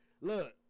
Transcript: Look